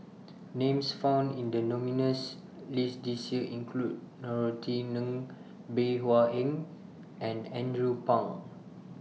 Names found in The nominees list This Year include Norothy Ng Bey Hua Heng and Andrew Phang